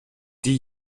die